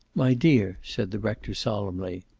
my dear, said the rector solemnly.